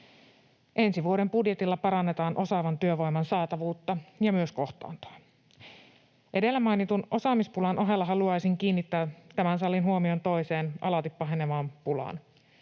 Ensi vuoden budjetilla parannetaan osaavan työvoiman saatavuutta ja myös kohtaantoa. Edellä mainitun osaamispulan ohella haluaisin kiinnittää tämän salin huomion toiseen alati pahenevaan pulaan,